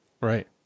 right